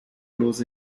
los